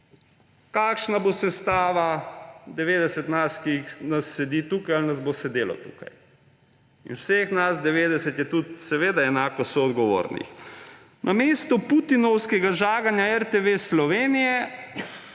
kakšna bo sestava 90 nas, ki sedimo tukaj ali bomo sedeli tukaj. In vseh nas 90 je seveda tudi enako soodgovornih. Namesto putinovskega žaganja RTV Slovenije